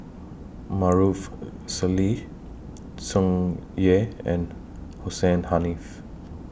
Maarof Salleh Tsung Yeh and Hussein Haniff